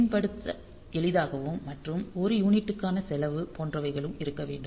மேம்படுத்த எளிதாகவும் மற்றும் ஒரு யூனிட்டிற்கான செலவு போன்றவைகளும் இருக்க வேண்டும்